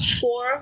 four